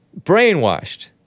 Brainwashed